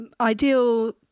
ideal